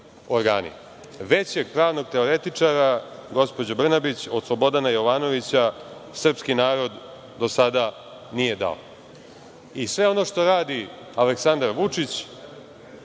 pravnog teoretičara, gospođo Brnabić, od Slobodana Jovanovića srpski narod do sada nije dao. Sve ono što radi Aleksandar Vučić